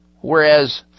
whereas